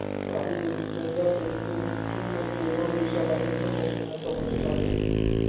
काही एक्सचेंजात एक्सचेंज स्थित असलेल्यो देशाबाहेरच्यो कंपन्या समाविष्ट आसत